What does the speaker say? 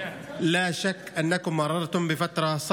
להלן תרגומם: